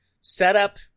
Setup